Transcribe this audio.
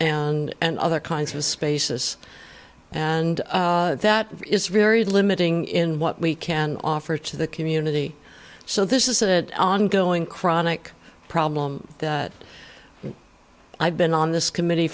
and other kinds of spaces and that is very limiting in what we can offer to the community so this is a ongoing chronic problem that i've been on this committee